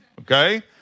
okay